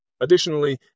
Additionally